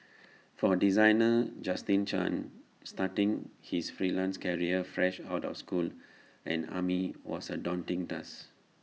for designer Justin chan starting his freelance career fresh out of school and army was A daunting task